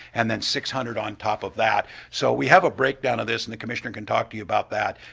and then six hundred on the top of that so we have a breakdown of this and the commissioner can talk to you about that.